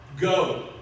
Go